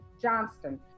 Johnston